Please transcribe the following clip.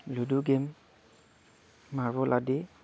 ludo game marble আদি